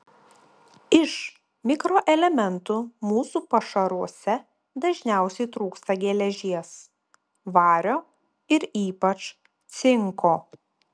iš mikroelementų mūsų pašaruose dažniausiai trūksta geležies vario ir ypač cinko